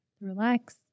relax